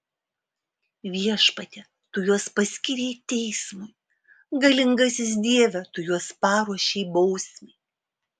viešpatie tu juos paskyrei teismui galingasis dieve tu juos paruošei bausmei